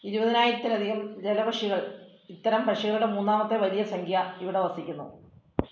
ഇരുപതിനായിരത്തിൽ അധികം ജലപക്ഷികൾ ഇത്തരം പക്ഷികളുടെ മൂന്നാമത്തെ വലിയ സംഖ്യ ഇവിടെ വസിക്കുന്നു